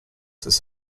this